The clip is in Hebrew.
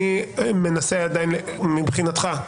מבחינתך,